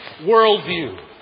worldview